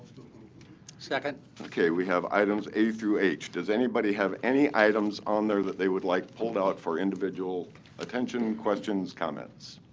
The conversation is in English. ok, we have items a through h. does anybody have any items on there that they would like pulled out for individual attention, questions, comments?